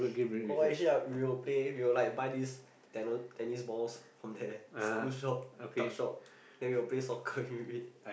oh actually I'll we'll play we will like buy this tennis tennis ball from there school shop tuck shop then we'll play soccer with it